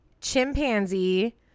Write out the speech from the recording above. chimpanzee